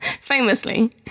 Famously